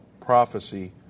prophecy